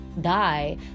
Die